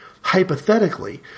hypothetically